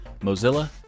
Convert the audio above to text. Mozilla